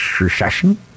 Recession